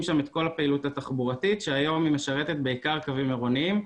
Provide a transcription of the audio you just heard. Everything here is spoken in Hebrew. שם את כל הפעילות התחבורתית שהיום היא משרתת בעיקר קווים עירוניים.